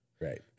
Right